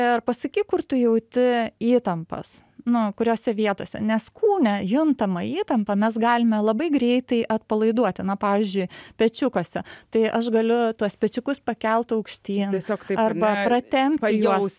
ir pasakyk kur tu jauti įtampas nu kuriose vietose nes kūne juntamą įtampą mes galime labai greitai atpalaiduoti na pavyzdžiui pečiukuose tai aš galiu tuos pečiukus pakelt aukštyn arba pratempti juos